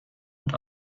und